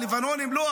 הלבנונים לא?